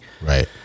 Right